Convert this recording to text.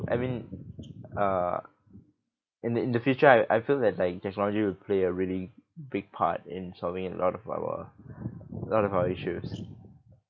I mean uh in the in the future I I feel that like technology will play a really big part in solving a lot of our a lot of our issues